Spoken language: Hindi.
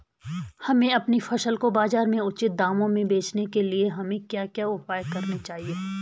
हमें अपनी फसल को बाज़ार में उचित दामों में बेचने के लिए हमें क्या क्या उपाय करने चाहिए?